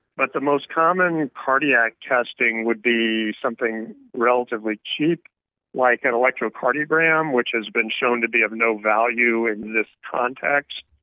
but the most common cardiac testing would be something relatively cheap like an electrocardiogram, which has been shown to be of no value in this context,